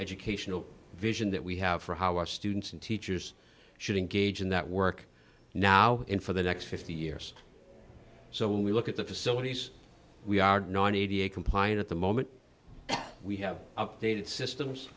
educational vision that we have for how our students and teachers should engage in that work now in for the next fifty years so when we look at the facilities we are ninety eight compliant at the moment we have updated systems